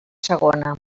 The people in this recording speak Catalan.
segona